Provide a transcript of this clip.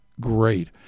great